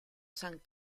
san